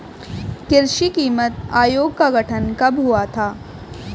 कृषि कीमत आयोग का गठन कब हुआ था?